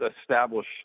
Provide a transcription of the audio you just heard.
establish